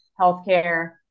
healthcare